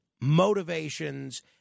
motivations